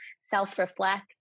self-reflect